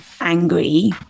angry